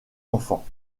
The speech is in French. enfants